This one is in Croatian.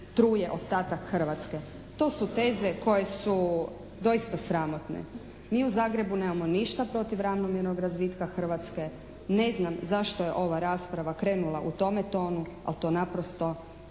To su teze koje su doista sramotne. Mi u Zagrebu nemamo ništa protiv ravnomjernog razvitka Hrvatske. Ne znam zašto je ova rasprava krenula u tome tonu ali to naprosto nije